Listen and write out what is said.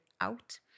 out